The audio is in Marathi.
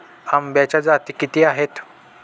आंब्याच्या जाती किती आहेत?